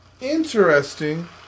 Interesting